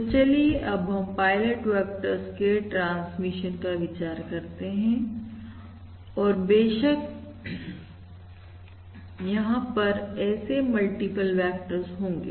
तो चलिए अब हम पायलट वेक्टर्स के ट्रांसमिशन का विचार करते हैं और बेशक यहां पर ऐसे मल्टीपल वेक्टर्स होंगे